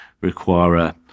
require